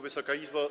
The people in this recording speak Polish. Wysoka Izbo!